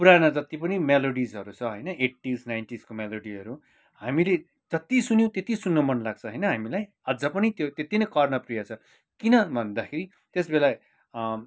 पुराना जत्ति पनि म्यालोडिजहरू छ होइन एट्टिज नाइनटिजको मेलोडीहरू हामीले जत्ति सुन्यो त्यत्ति सुन्न मनलाग्छ हैन हामीलाई अझ पनि त्यो त्यत्ति नै कर्णप्रिय छ किन भन्दाखेरि त्यस बेला